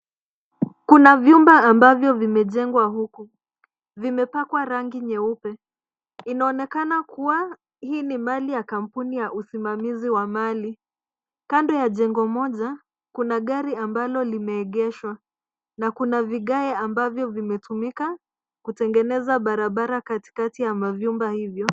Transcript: Kuna vyumba ambavyo vimejengwa huku. Vimepakwa rangi nyeupe. Inaonekana kuwa hii ni mali ya kampuni ya usimamizi wa mali. Kando ya jengo moja, kuna gari ambalo limeegeshwa. Na kuna vigai ambavyo vimetumika kutengeneza barabara katikati ya mavyumba hivyo.